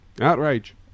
Outrage